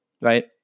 right